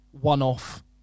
one-off